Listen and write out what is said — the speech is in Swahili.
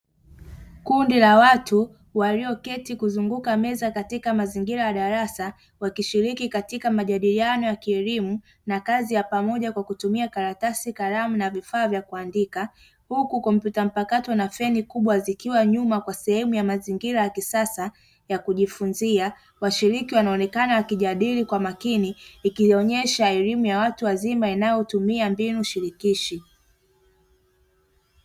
Kundi la watu walioketi kuzunguka meza katika mazingira ya darasa wakishiriki katika majadiliano ya baadhi ya pamoja kwa kutumia karatasi kalamu na vifaa vya kuandika huku kompyuta mpakato na feni kubwa zikiwa nyuma kwa sehemu ya mazingira ya kisasa ya kujifunzia. Washiriki wanaonekana wakijadili kwa makini ikionyesha elimu ya watu wazima inayotumia mbinu shirikishi.